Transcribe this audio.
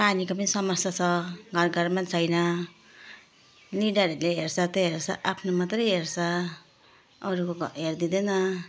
पानीको पनि समस्या छ घर घरमा छैन लिडारहरूले हेर्छ त्यो हेर्छ आफ्नो मात्रै हेर्छ अरूको हेरिदिँदैन